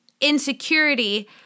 insecurity